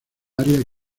área